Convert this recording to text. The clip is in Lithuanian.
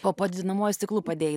po padinamuoju stiklu padėjai